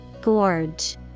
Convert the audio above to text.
Gorge